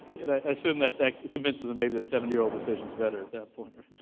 i assume that convinces them maybe the seventy year old decision is better at that point, right?